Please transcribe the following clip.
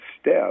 step